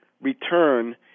return